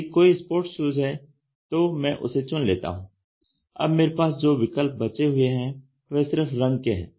यदि कोई sports shoes है तो मैं उसे चुन लेता हूं अब मेरे पास जो विकल्प बचे हुए हैं वह सिर्फ रंग के हैं